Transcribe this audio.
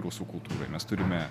rusų kultūroj mes turime